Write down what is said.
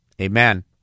Amen